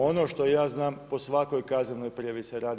Ono što ja znam po svakoj kaznenoj prijavi se radi.